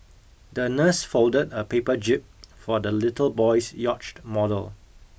the nurse folded a paper jib for the little boy's yacht model